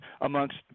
amongst